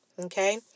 okay